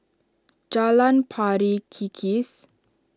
Jalan Pari Kikis